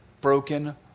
broken